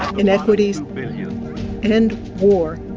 inequities, and war.